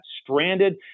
stranded